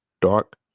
dark